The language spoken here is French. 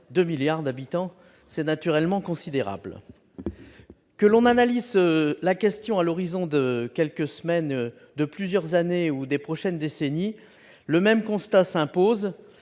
d'ici vingt-cinq ans. C'est naturellement considérable. Que l'on analyse la question à l'horizon de quelques semaines, de plusieurs années ou des prochaines décennies, le même constat s'impose